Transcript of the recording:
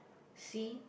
see